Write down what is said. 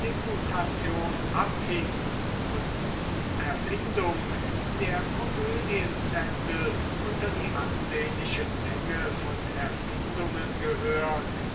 ratsdeputation abhing und die erfindung der komödienzettel unter die ansehnliche menge von erfindungen gehört